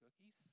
cookies